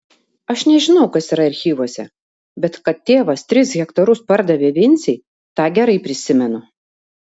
aš nežinau kas yra archyvuose bet kad tėvas tris hektarus pardavė vincei tą gerai prisimenu